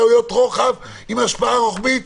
טעויות עם השפעה רוחבית,